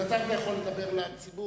בינתיים אתה יכול לדבר לציבור.